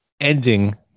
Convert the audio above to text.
ending